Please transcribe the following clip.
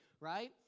right